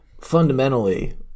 Fundamentally